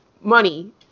money